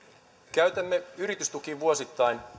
käytämme yritystukiin vuosittain